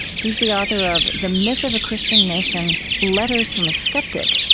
he's the author of the myth of a christian nation, letters from a skeptic,